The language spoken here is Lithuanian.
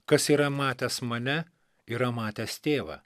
kas yra matęs mane yra matęs tėvą